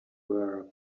were